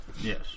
Yes